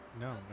no